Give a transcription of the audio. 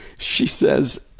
she says